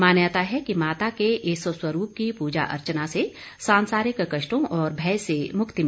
मान्यता है कि माता के इस स्वरूप की पूजा अर्चना से सांसारिक कष्टों और भय से मुक्ति मिलती है